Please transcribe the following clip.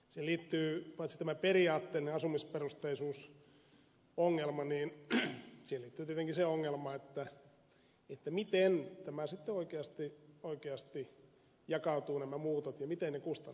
siihen liittyy paitsi tämä periaatteellinen asumisperusteisuusongelma niin tietenkin myös se ongelma miten sitten oikeasti jakautuvat nämä muutot ja miten ne kustannukset jakautuvat